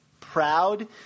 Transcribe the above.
proud